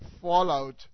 fallout